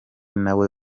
nawe